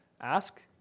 Ask